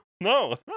No